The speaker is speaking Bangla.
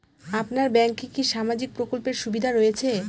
আপনার ব্যাংকে কি সামাজিক প্রকল্পের সুবিধা রয়েছে?